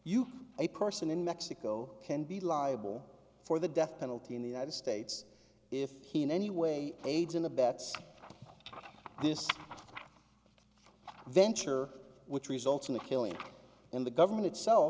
you a person in mexico can be liable for the death penalty in the united states if he in any way aids and abets this venture which results in the killing in the government itself